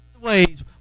ways